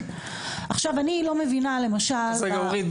אני לא מבינה למשל --- רגע אורית,